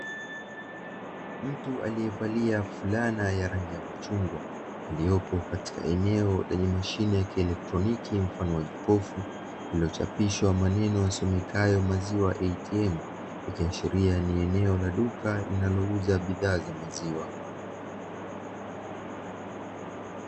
Mtu aliye valia fulana ya rangi ya machungwa aliyepo katika eneo lenye mashine ya kielektroniki mfano wa jokofu, iliyochapishwa maneno yasomekayo “maziwa ATM” ikiashiria ni eneo la duka linalouza bidhaa za maziwa.